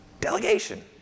Delegation